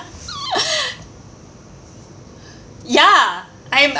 ya I'm